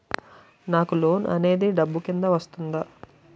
నాకు లోన్ అనేది డబ్బు కిందా వస్తుందా?